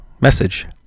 message